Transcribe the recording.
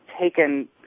taken